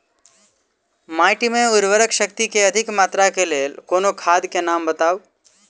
माटि मे उर्वरक शक्ति केँ अधिक मात्रा केँ लेल कोनो खाद केँ नाम बताऊ?